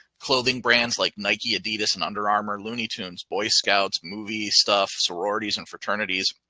clothing brands like nike, adidas and under armour, looney tunes, boy scouts, movie stuff, sororities and fraternities.